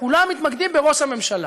כולם מתמקדים בראש הממשלה.